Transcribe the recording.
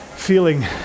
feeling